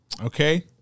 Okay